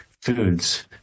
foods